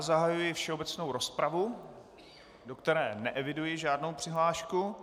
Zahajuji všeobecnou rozpravu, do které neeviduji žádnou přihlášku.